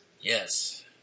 Yes